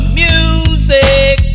music